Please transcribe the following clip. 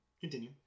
Continue